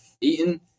Eaton